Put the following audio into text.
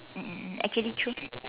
mm mm mm actually true